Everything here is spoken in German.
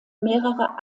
mehrerer